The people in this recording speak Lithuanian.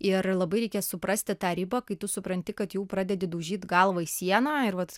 ir labai reikia suprasti tą ribą kai tu supranti kad jau pradedi daužyt galvą į sieną ir vat